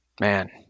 man